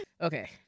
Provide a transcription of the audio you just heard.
Okay